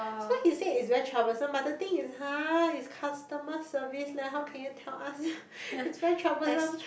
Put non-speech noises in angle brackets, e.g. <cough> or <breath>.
so he said it's very troublesome but the thing is !huh! it's customer service leh how can you tell us <breath> it's very troublesome